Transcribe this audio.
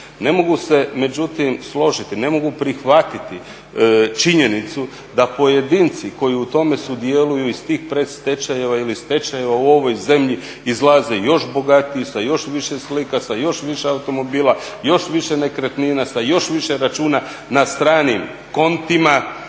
Ne mogu se međutim složiti, ne mogu prihvatiti činjenicu da pojedinci koji u tome sudjeluju iz tih predstečajeva ili stečajeva u ovoj zemlji izlaze još bogatiji, sa još više slika, sa još više automobila, još više nekretnina, sa još više računa na stranim kontima